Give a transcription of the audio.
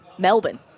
Melbourne